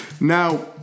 Now